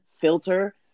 Filter